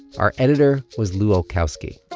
our editor was lu olkowski.